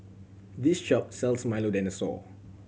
this shop sell Milo Dinosaur